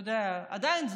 אתה יודע, עדיין סגן.